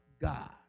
God